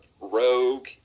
Rogue